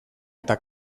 eta